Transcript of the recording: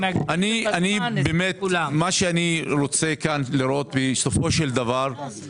בסופו של דבר אני רוצה לראות את התמיכה.